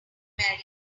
american